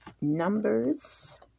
Numbers